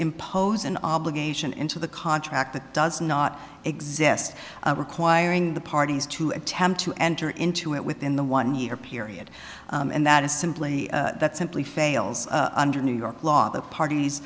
impose an obligation into the contract that does not exist requiring the parties to attempt to enter into it within the one year period and that is simply that simply fails under new york law the parties